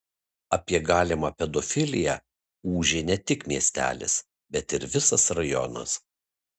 apie galimą pedofiliją ūžė ne tik miestelis bet ir visas rajonas